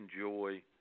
enjoy